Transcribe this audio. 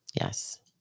Yes